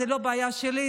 זאת לא בעיה שלי,